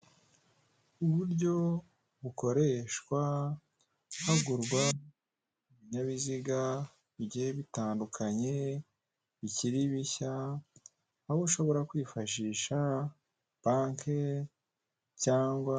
Uburyo bukoreshwa hagurwa ibinyabiziga bigiye bitandukanye bikiri bishya, aho ushobora kwifashisha banki cyangwa